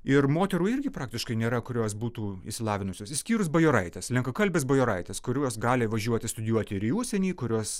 ir moterų irgi praktiškai nėra kurios būtų išsilavinusios išskyrus bajoraites lenkakalbes bajoraites kuriuos gali važiuoti studijuoti ir į užsienį kurios